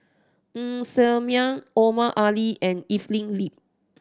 Ng Ser Miang Omar Ali and Evelyn Lip